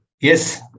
Yes